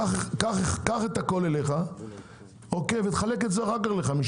קח הכול אליך וחלק את זה אחר כך ל-5,